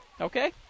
Okay